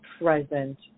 present